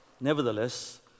Nevertheless